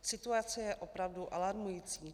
Situace je opravdu alarmující.